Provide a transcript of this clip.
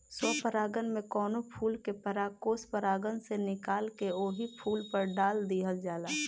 स्व परागण में कवनो फूल के परागकोष परागण से निकाल के ओही फूल पर डाल दिहल जाला